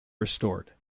restored